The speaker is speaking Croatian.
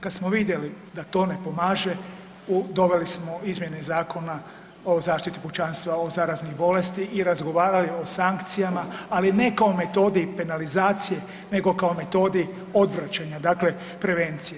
Kad smo vidjeli da to ne pomaže doveli smo izmjene Zakona o zaštiti pučanstva od zaraznih bolesti i razgovarali o sankcijama, ali ne kao metode i penalizacije, nego kao metodi odvraćanja, dakle prevencije.